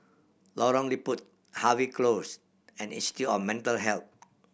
Lorong Liput Harvey Close and Institute of Mental Health